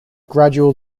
gradual